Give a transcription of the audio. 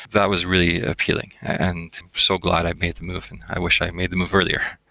that was really appealing, and so glad i made the move and i wish i made the move earlier.